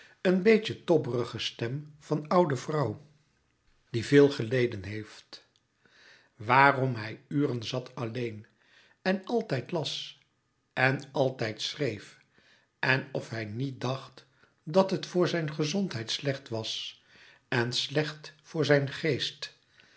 een beetje tobberige stem van oude vrouw die veel geleden heeft waarom hij uren zat alleen en altijd las en altijd schreef en of hij niet dacht dat het voor zijn gezondheid slecht was en slecht voor zijn geest